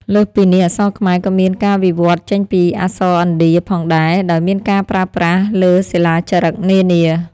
លើសពីនេះ អក្សរខ្មែរក៏មានការវិវត្តន៍ចេញពីអក្សរឥណ្ឌាផងដែរ ដោយមានការប្រើប្រាស់លើសិលាចារឹកនានា។